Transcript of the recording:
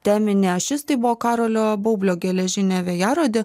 teminė ašis tai buvo karolio baublio geležinė vėjarodė